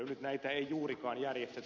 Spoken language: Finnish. nyt näitä ei juurikaan järjestetä